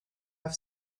off